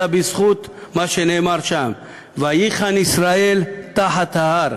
אלא בזכות מה שנאמר שם: "ויחן שם ישראל תחת ההר".